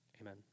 Amen